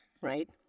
right